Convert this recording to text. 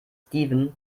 steven